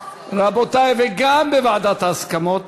וגם בוועדת ההסכמות